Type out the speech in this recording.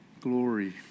Glory